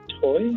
Toy